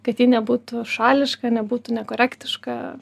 kad ji nebūtų šališka nebūtų nekorektiška